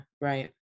right